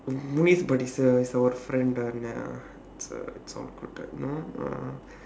munice but is a is our friend it's uh it's uh